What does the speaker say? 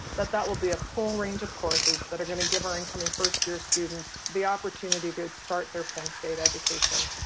that that will be a full range of courses that are gonna give our incoming first year students the opportunity to start their penn state education.